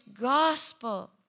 gospel